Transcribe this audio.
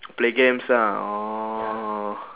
play games lah orh